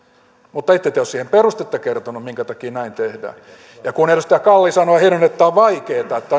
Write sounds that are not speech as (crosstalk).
mutta ette te ole siihen perustetta kertoneet minkä takia näin tehdään ja kun edustaja kalli sanoi heinonen että tämä on vaikeata että (unintelligible)